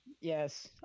Yes